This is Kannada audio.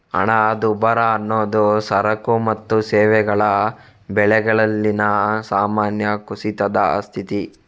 ಹಣದುಬ್ಬರ ಅನ್ನುದು ಸರಕು ಮತ್ತು ಸೇವೆಗಳ ಬೆಲೆಗಳಲ್ಲಿನ ಸಾಮಾನ್ಯ ಕುಸಿತದ ಸ್ಥಿತಿ